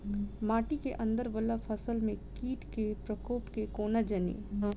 माटि केँ अंदर वला फसल मे कीट केँ प्रकोप केँ कोना जानि?